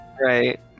Right